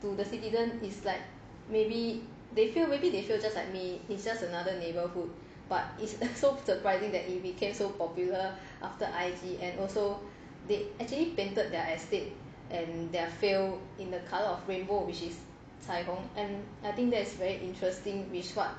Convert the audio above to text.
to the citizen is like maybe they feel maybe they feel just like me it's just another neighbourhood but it's so surprising that it became so popular after I_G and also they actually painted their estate and their field in the color of rainbow which is 彩虹 and I think that's very interesting which what